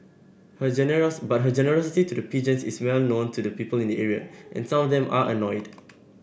her generous but her generosity to the pigeons is well known to people in the area and some of them are annoyed